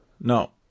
No